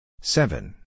Seven